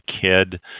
kid